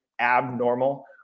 Abnormal